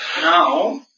Now